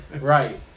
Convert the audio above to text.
Right